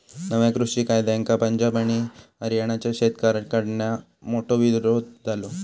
नव्या कृषि कायद्यांका पंजाब आणि हरयाणाच्या शेतकऱ्याकडना मोठो विरोध झालो